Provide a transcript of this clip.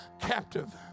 captive